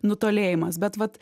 nutolėjimas bet vat